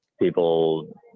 People